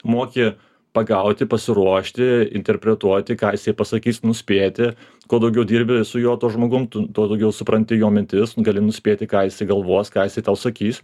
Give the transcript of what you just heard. moki pagauti pasiruošti interpretuoti ką jisai pasakys nuspėti kuo daugiau dirbi su juo tuo žmogum tu tuo daugiau supranti jo mintis gali nuspėti ką jis sugalvos ką jisai tau sakys